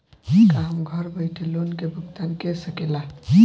का हम घर बईठे लोन के भुगतान के शकेला?